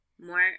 more